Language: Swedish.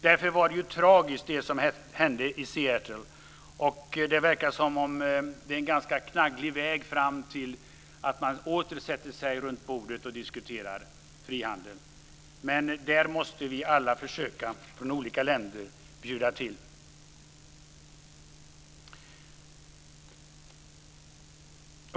Därför var det som hände i Seattle tragiskt. Det verkar som det är en ganska knagglig väg till att man åter sätter sig kring bordet och diskuterar frihandel. Där måste vi alla från olika länder försöka bjuda till.